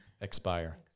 expire